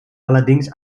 allerdings